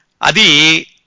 Adi